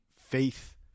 faith